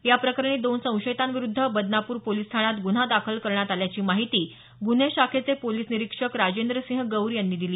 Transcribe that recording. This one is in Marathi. या प्रकरणी दोन संशयितांविरुध्द बदनापूर पोलीस ठाण्यात गुन्हा दाखल करण्यात आल्याची माहिती गुन्हे शाखेचे पोलीस निरीक्षक राजेंद्रसिंह गौर यांनी दिली